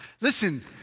Listen